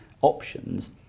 options